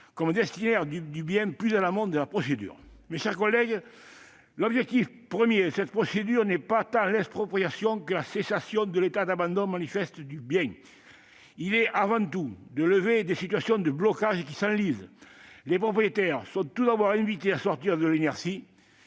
comme destinataire du bien plus en amont de la procédure. Mes chers collègues, l'objectif premier de cette procédure n'est pas tant l'expropriation que la cessation de l'état d'abandon manifeste du bien. Il est avant tout de mettre fin à des situations de blocage qui s'enlisent. Les propriétaires sont tout d'abord invités à sortir de l'inertie.